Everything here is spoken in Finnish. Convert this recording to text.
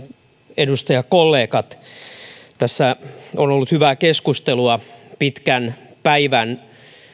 edustajakollegat tässä on ollut hyvää keskustelua pitkän päivän